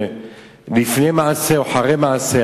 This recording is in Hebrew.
לפני מעשה או אחרי מעשה.